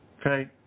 Okay